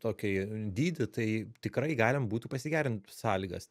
tokį dydį tai tikrai galima būtų pasigerint sąlygas